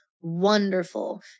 wonderful